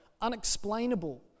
unexplainable